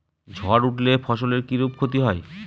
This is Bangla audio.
ঝড় উঠলে ফসলের কিরূপ ক্ষতি হয়?